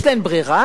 יש להן ברירה?